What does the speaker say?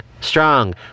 Strong